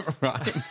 Right